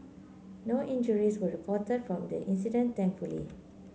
no injuries were reported from the incident thankfully